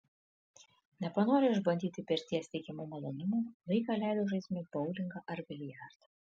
nepanorę išbandyti pirties teikiamų malonumų laiką leido žaisdami boulingą ar biliardą